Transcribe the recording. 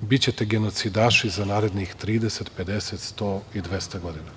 bićete genocidaši za narednih 30, 50, 100 i 200 godina.